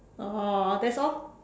oh that's all